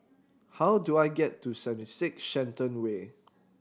how do I get to Seventy Six Shenton Way